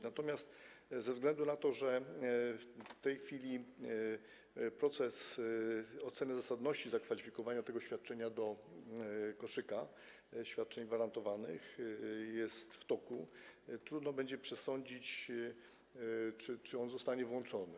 Natomiast ze względu na to, że w tej chwili proces oceny zasadności zakwalifikowania tego świadczenia do koszyka świadczeń gwarantowanych jest w toku, trudno przesądzić, czy zostanie on włączony.